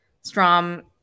Strom –